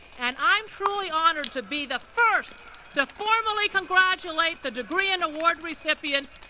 and i am truly honored to be the first to formally congratulate the degree and award recipients,